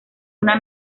una